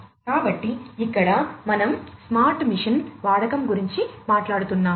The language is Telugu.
కాబట్టి ఇక్కడ మనం స్మార్ట్ మెషీన్ల వాడకం గురించి మాట్లాడుతున్నాము